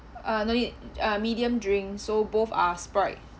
uh no need uh medium drink so both are sprite